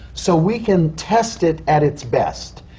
so we can test it at its best,